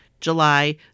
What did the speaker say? July